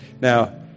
Now